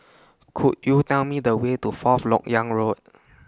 Could YOU Tell Me The Way to Fourth Lok Yang Road